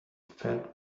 fed